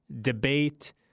debate